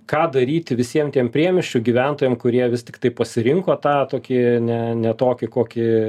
ką daryti visiem tiem priemiesčių gyventojam kurie vis tiktai pasirinko tą tokį ne ne tokį kokį